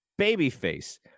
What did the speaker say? babyface